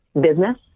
business